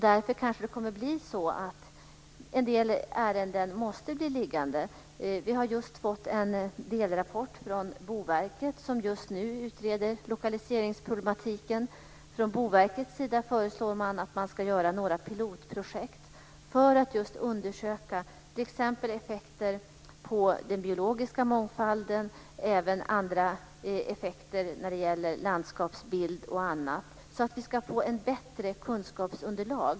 Därför blir kanske en del ärenden liggande. Vi har just fått en delrapport från Boverket som utreder lokaliseringsproblematiken. Boverket föreslår att man för att få ett bättre kunskapsunderlag ska inrätta några pilotprojekt för att undersöka t.ex. effekterna på den biologiska mångfalden och även andra effekter på landskapsbilden.